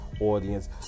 audience